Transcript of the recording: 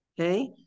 Okay